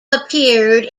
appeared